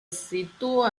sitúa